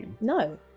no